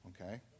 Okay